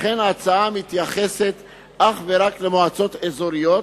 לכן ההצעה מתייחסת אך ורק למועצות אזוריות,